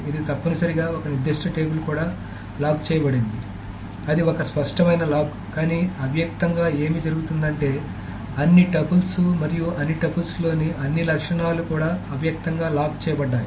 ఇది తప్పనిసరిగా ఒక నిర్దిష్ట టేబుల్ కూడా లాక్ చేయబడింది అది ఒక స్పష్టమైన లాక్ కానీ అవ్యక్తంగా ఏమి జరుగుతుందంటే అన్ని టపుల్స్ మరియు అన్ని టపుల్స్లోని అన్ని లక్షణాలు కూడా అవ్యక్తంగా లాక్ చేయబడ్డాయి